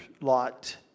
lot